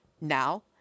Now